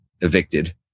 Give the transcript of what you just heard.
evicted